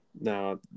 Now